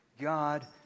God